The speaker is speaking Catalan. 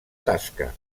tasca